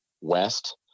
west